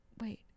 wait